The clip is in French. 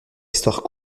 histoires